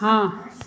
हाँ